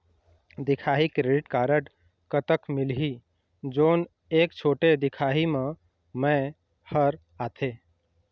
दिखाही credit card कतक मिलही जोन एक छोटे दिखाही म मैं हर आथे?